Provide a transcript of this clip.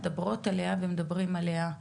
מדברות ומדברים עליה.